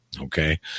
Okay